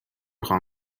خوام